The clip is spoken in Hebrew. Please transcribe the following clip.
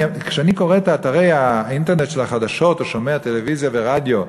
כשאני קורא את אתרי האינטרנט של החדשות או שומע טלוויזיה ורדיו,